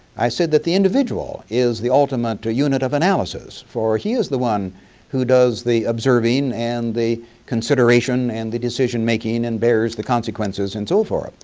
i said that the individual is the ultimate unit of analysis for he is the one who does the observing and the consideration and the decision making and bares the consequences and so forth.